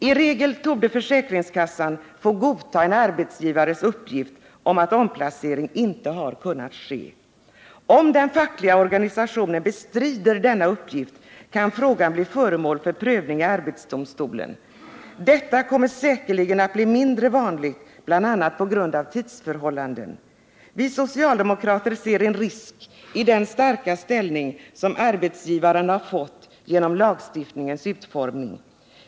I regel torde försäkringskassan få godta en arbetsgivares uppgift om att omplacering inte har kunnat ske. Om den fackliga organisationen bestrider denna uppgift, kan frågan bli föremål för prövning i arbetsdomstolen. Detta kommer säkerligen att bli mindre vanligt bl.a. på grund av tidsförhållanden. Vi socialdemokrater ser en risk i den starka ställning som arbetsgivaren har fått genom lagstiftningens utformning.